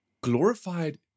glorified